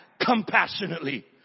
compassionately